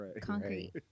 concrete